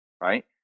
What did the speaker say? Right